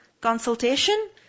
consultation